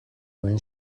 when